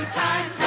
time